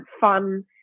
fun